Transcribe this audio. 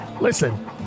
Listen